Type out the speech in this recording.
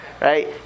right